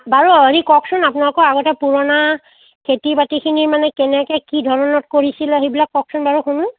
বাৰু হৌৰি কওকচোন আপোনালোকৰ অগতে পুৰণা খেতি বাতিখিনি মানে কেনেকৈ কিধৰণত কৰিছিলে সেইবিলাক কওকচোন বাৰু শুনো